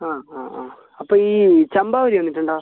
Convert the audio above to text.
ആ ആ ആ അപ്പം ഈ ചമ്പാവരി വന്നിട്ടുണ്ടോ